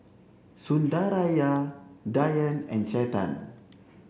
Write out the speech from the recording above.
Sundaraiah Dhyan and Chetan